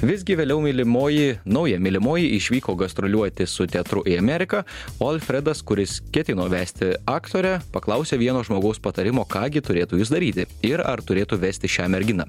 visgi vėliau mylimoji nauja mylimoji išvyko gastroliuoti su teatru į ameriką o alfredas kuris ketino vesti aktorę paklausė vieno žmogaus patarimo ką gi turėtų daryti ir ar turėtų vesti šią merginą